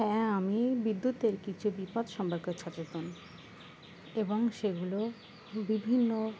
হ্যাঁ আমি বিদ্যুতের কিছু বিপদ সম্পর্কে সচেতন এবং সেগুলো বিভিন্ন